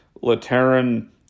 Lateran